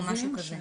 או משהו כזה.